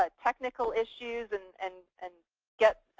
ah technical issues and and and get